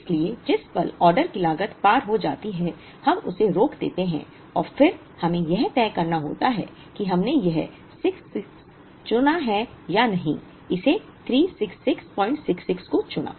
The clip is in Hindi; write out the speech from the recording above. इसलिए जिस पल ऑर्डर की लागत पार हो जाती है हम उसे रोक देते हैं और फिर हमें यह तय करना होता है कि हमने यह 66 चुना है या नहीं इसे 36666 को चुना